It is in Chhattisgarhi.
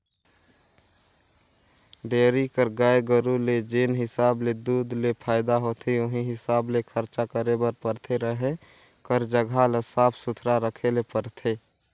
डेयरी कर गाय गरू ले जेन हिसाब ले दूद ले फायदा होथे उहीं हिसाब ले खरचा करे बर परथे, रहें कर जघा ल साफ सुथरा रखे ले परथे